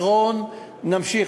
נמשיך,